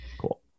Cool